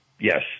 yes